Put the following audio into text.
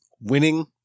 winning